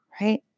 right